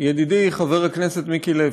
ידידי חבר הכנסת מיקי לוי.